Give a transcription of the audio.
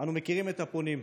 אנו מכירים את הפונים,